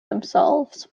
themselves